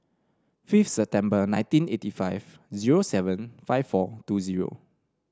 fifth September nineteen eighty five zero seven five four two zero